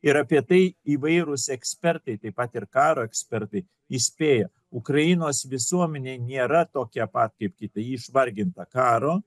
ir apie tai įvairūs ekspertai taip pat ir karo ekspertai įspėja ukrainos visuomenė nėra tokia pat kaip kiti ji išvarginta karo